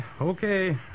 Okay